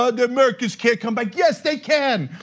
ah and americans can't come back. yes, they can.